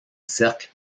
cercle